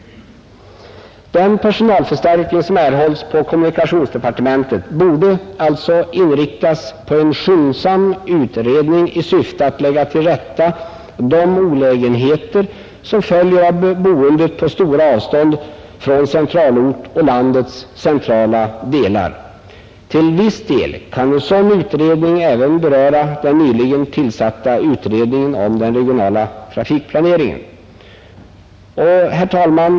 Den personalförstärkning som erhålles på kommunikationsdepartementet borde alltså inriktas på en skyndsam utredning i syfte att lägga till rätta de olägenheter som följer av boendet på stora avstånd från centralort och landets centrala delar. Till viss del kan en sådan utredning även beröra den nyligen tillsatta utredningen om den regionala trafikplaneringen. Herr talman!